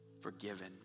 forgiven